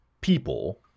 people